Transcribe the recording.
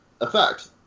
effect